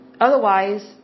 Otherwise